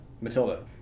Matilda